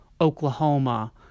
Oklahoma